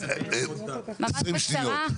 20 שניות.